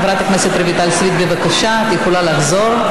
חברת הכנסת רויטל סויד, בבקשה, את יכולה לחזור.